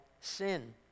sin